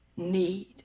need